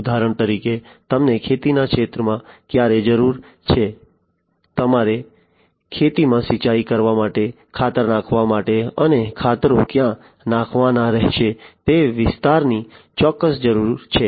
ઉદાહરણ તરીકે તમને ખેતીના ક્ષેત્રમાં ક્યારે જરૂર છે તમારે ખેતરમાં સિંચાઈ કરવા માટે ખાતર નાખવા માટે અને ખાતરો ક્યાં નાખવાના રહેશે તે વિસ્તારની ચોક્કસ જરૂર છે